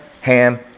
Ham